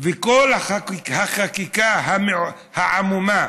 וכל החקיקה העמומה